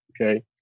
Okay